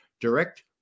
direct